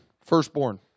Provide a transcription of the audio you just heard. Firstborn